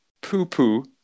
poo-poo